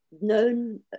known